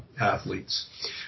athletes